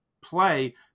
play